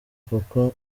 kuko